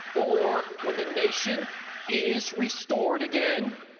or when the nation is restored again,